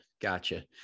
Gotcha